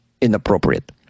inappropriate